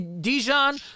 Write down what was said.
Dijon